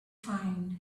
find